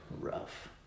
rough